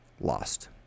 Lost